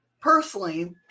Personally